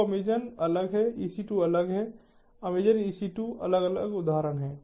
तो अमेज़न अलग है EC2 अलग है अमेज़न EC2 अलग उदाहरण है